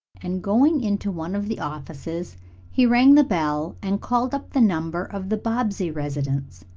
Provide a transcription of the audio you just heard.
and going into one of the offices he rang the bell and called up the number of the bobbsey residence.